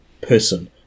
person